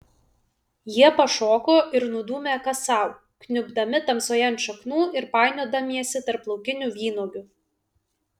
jie pašoko ir nudūmė kas sau kniubdami tamsoje ant šaknų ir painiodamiesi tarp laukinių vynuogių